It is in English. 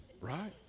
right